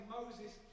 Moses